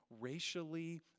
racially